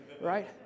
right